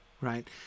right